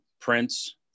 Prince